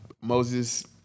Moses